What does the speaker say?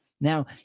Now